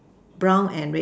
brown and red